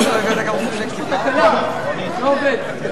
יש תקלה, המסך לא עובד.